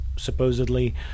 supposedly